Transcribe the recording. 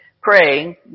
praying